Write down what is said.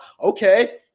Okay